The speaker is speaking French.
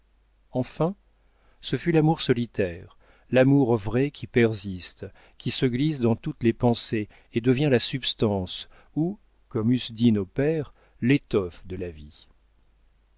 enfin ce fut l'amour solitaire l'amour vrai qui persiste qui se glisse dans toutes les pensées et devient la substance ou comme eussent dit nos pères l'étoffe de la vie